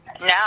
now